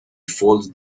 fold